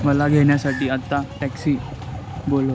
मला घेण्यासाठी आत्ता टॅक्सी बोलव